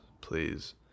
please